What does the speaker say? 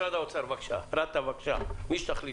נציגי משרד האוצר, או רת"א, מי שתחליטו,